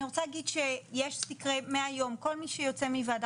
אני רוצה להגיד מהיום שכל מי שיוצא מועדה